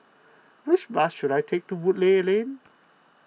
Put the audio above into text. which bus should I take to Woodleigh Lane